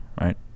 right